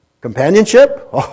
Companionship